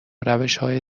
روشهای